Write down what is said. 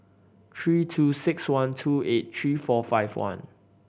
three two six one two eight three four five one